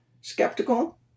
skeptical